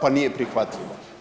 pa nije prihvatljivo.